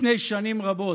לפני שנים רבות,